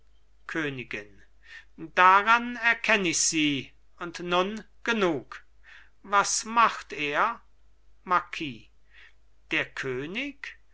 königin daran erkenn ich sie und nun genug was macht er marquis der könig